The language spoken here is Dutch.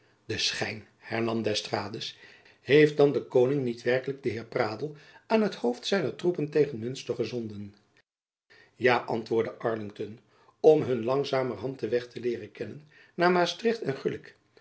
schijn hernam d'estrades heeft dan de koning niet werkelijk den heer pradel aan t hoofd zijner troepen tegen munster gezonden ja antwoordde arlington om hun langzamerhand den weg te leeren kennen naar maastricht en gulik